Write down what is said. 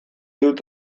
dut